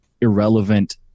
irrelevant